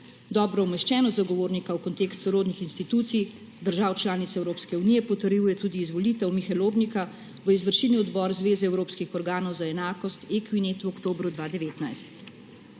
Dobro umeščenost zagovornika v kontekst sorodnih institucij držav članic Evropske unije potrjuje tudi izvolitev Mihe Lobnika v izvršilni odbor zveze Evropskih organov za enakost Ekvinet v oktobru 2019.